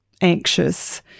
anxious